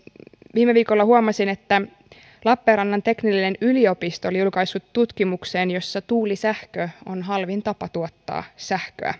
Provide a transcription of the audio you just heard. viime viikolla huomasin että lappeenrannan teknillinen yliopisto oli julkaissut tutkimuksen jossa tuulisähkö on halvin tapa tuottaa sähköä